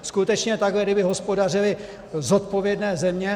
Skutečně takhle kdyby hospodařily zodpovědné země...